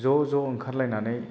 ज' ज' ओंखारलायनानै